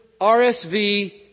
RSV